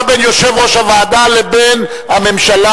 שהיתה בין יושב-ראש הוועדה לבין הממשלה,